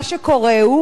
מה שקורה הוא